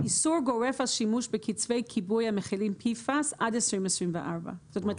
איסור גורף על שימוש בקצפי כיבוי המכילים PFAS עד 2024. זאת אומרת,